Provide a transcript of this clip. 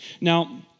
Now